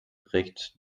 regt